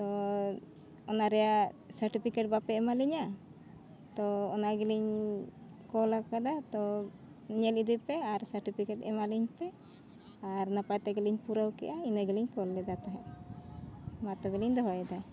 ᱛᱚ ᱚᱱᱟ ᱨᱮᱭᱟᱜ ᱥᱟᱨᱴᱤᱯᱷᱤᱠᱮᱴ ᱵᱟᱯᱮ ᱮᱢᱟ ᱞᱤᱧᱟᱹ ᱛᱚ ᱚᱱᱟ ᱜᱮᱞᱤᱧ ᱠᱚᱞ ᱟᱠᱟᱫᱟ ᱛᱚ ᱧᱮᱞ ᱤᱫᱤ ᱯᱮ ᱟᱨ ᱥᱟᱨᱴᱤᱯᱷᱤᱠᱮᱴ ᱮᱢᱟᱞᱤᱧᱯᱮ ᱟᱨ ᱱᱟᱯᱟᱭ ᱛᱮᱜᱮᱞᱤᱧ ᱯᱩᱨᱟᱹᱣ ᱠᱮᱜᱼᱟ ᱤᱱᱟᱹ ᱜᱮᱞᱤᱧ ᱠᱚᱞ ᱞᱮᱫᱟ ᱛᱟᱦᱮᱸᱜ ᱢᱟ ᱛᱚᱵᱮᱞᱤᱧ ᱫᱚᱦᱚᱭᱮᱫᱟ